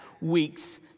weeks